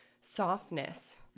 softness